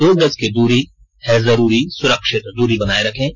दो गज की दूरी है जरूरी सुरक्षित दूरी बनाए रखें